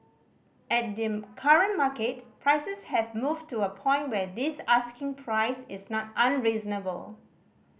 at the current market prices have moved to a point where this asking price is not unreasonable